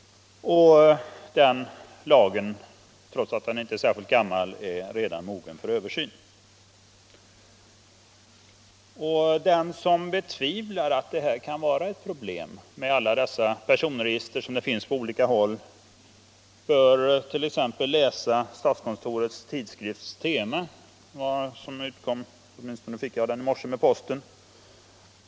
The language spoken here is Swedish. Den lagen är, trots att den inte är särskilt gammal, redan mogen för översyn. Den som betvivlar att det kan vara ett problem med alla dessa personregister bör 1. ex. läsa statskontorets tidskrift Tema, som nyss utkommit — åtminstone fick jag den med posten i morse.